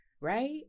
right